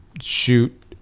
shoot